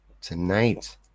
tonight